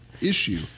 issue